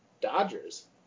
Dodgers